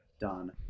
done